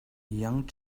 young